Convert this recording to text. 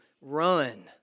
run